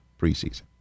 preseason